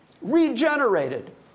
regenerated